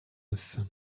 neuf